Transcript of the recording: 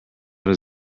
does